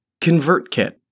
convertkit